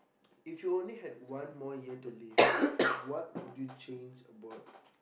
if you only had one more year to live what would you change about